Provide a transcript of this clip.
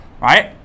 Right